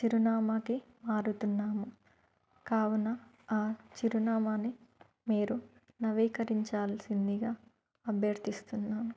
చిరునామాకి మారుతున్నాము కావున ఆ చిరునామాని మీరు నవీకిరించాల్సిందిగా అభ్యర్థిస్తున్నాను